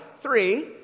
three